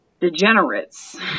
degenerates